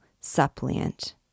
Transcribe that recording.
suppliant